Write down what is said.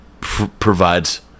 provides